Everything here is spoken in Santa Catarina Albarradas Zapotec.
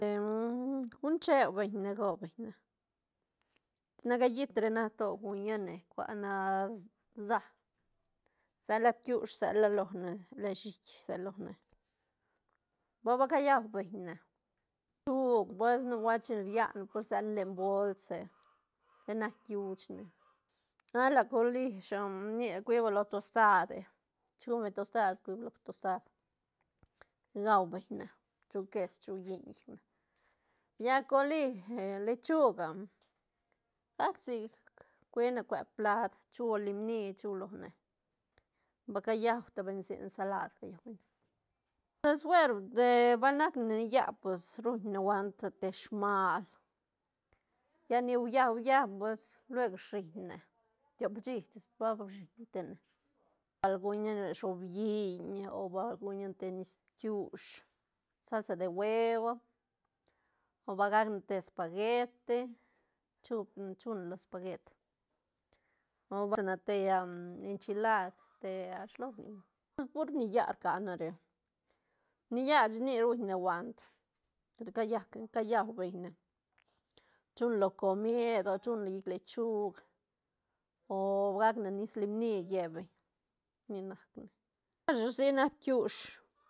guñ cheu beñ ne gau beñ ne sa naca llit re na to guñane cuana sä sela bkiush sela lone len shiit sel lone ba- ba cayau beñ ne, pues nubuelt chin rian ne pues rselane len bolse ten nac yuchne a la colish nic cuiba lo tosta de chi guñ beñ tostad cuibe lo tostad gau beñ ne chu ques chu lliñ llicne lla colish lechug gac sic cuene cue plat chu lim ni chu lone ba cuyau ti beñ ne sec ensalad cayau beñ ne, pues suer de ba nac ne yä pues ruñ ne guant te sman lla ni uya- uya pues lueg shiñ ne tiop shí tis ba bi shiñne tine, bal guñane shobilliñ o bal guñane te nis bkiush sal de huevo o ba gac ne te espageti chu- chu ne lo espaget o te enchilad te shi lo rni beñ pur ni yä rca na re ni yä chic nic ruñ ne guant sic li callane cayau beñ ne chu lo comid o chu lo llic lechug o gac ne nis lim ni lle beñ ni nac ne nac bkiush